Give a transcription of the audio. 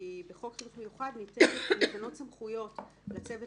כי בחוק חינוך מיוחד ניתנות סמכויות לצוות